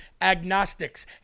agnostics